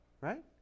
right